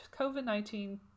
COVID-19